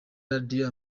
radio